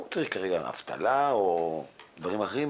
הוא צריך אבטלה או דברים אחרים,